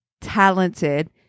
talented